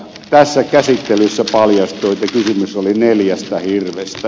tässä käsittelyssä paljastui että kysymys oli neljästä hirvestä